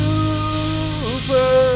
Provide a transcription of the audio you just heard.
Super